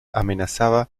amenazaba